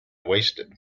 wasted